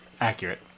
Accurate